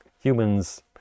humans